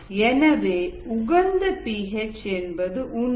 எனவே உகந்த P H என்பது உண்டு